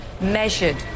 Measured